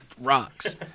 rocks